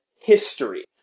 history